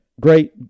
Great